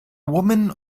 woman